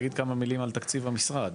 תגיד כמה מילים על תקציב המשרד.